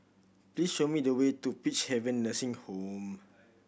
please show me the way to Peacehaven Nursing Home